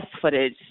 footage